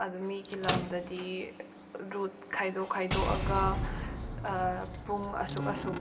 ꯑꯗꯨ ꯃꯤꯒꯤ ꯂꯝꯗꯗꯤ ꯔꯨꯠ ꯈꯥꯏꯗꯣꯛ ꯈꯥꯏꯗꯣꯛꯑꯒ ꯄꯨꯡ ꯑꯁꯨꯛ ꯑꯁꯨꯛ